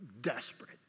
desperate